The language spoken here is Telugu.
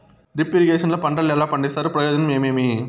డ్రిప్ ఇరిగేషన్ లో పంటలు ఎలా పండిస్తారు ప్రయోజనం ఏమేమి?